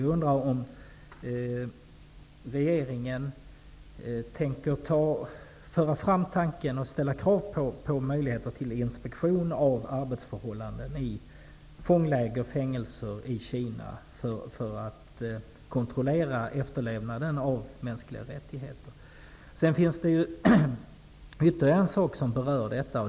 Jag undrar om regeringen tänker ställa krav på möjligheter till inspektion av arbetsförhållanden i fångläger och fängelser i Kina för att kontrollera efterlevnaden av de mänskliga rättigheterna. Sedan finns det ytterligare en sak som berör detta.